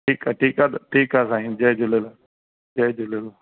ठीकु आहे ठीकु आहे त ठीकु आहे साईं जय झूलेलाल जय झूलेलाल